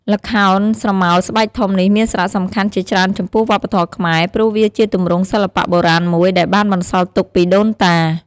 ល្ខោនស្រមោលស្បែកធំនេះមានសារៈសំខាន់ជាច្រើនចំពោះវប្បធម៌ខ្មែរ ព្រោះវាជាទម្រង់សិល្បៈបុរាណមួយដែលបានបន្សល់ទុកពីដូនតា។